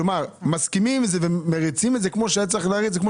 כלומר מסכימים ומריצים את זה כמו שהיה צריך להריץ וכמו